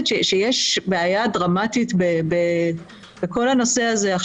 שיש בעיה דרמטית בכל הנושא הזה.